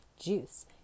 juice